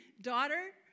daughter